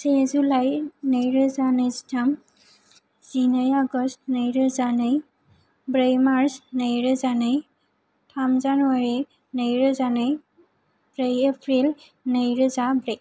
से जुलाइ नैरोजा नैजिथाम जिनै आगस्थ नैरोजानै ब्रै मार्स नैरोजानै थाम जानवारि नैरोजा नै ब्रै एप्रिल नैरोजा ब्रै